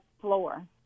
floor